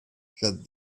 said